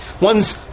one's